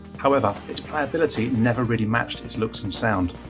however its playability never really matched its looks and sound,